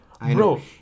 Bro